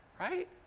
right